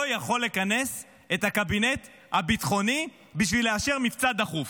יכול לכנס את הקבינט הביטחוני כדי לאשר מבצע דחוף.